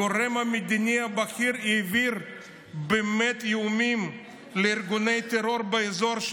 הגורם המדיני הבכיר העביר איומים לארגוני טרור באזור.